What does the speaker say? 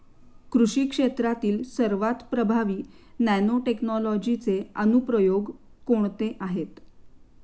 कृषी क्षेत्रातील सर्वात प्रभावी नॅनोटेक्नॉलॉजीचे अनुप्रयोग कोणते आहेत?